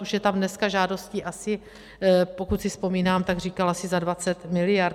Už je tam dneska žádostí asi, pokud si vzpomínám, říkal asi za 20 miliard.